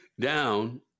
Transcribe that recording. down